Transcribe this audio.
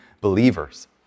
believers